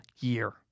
year